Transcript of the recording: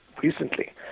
recently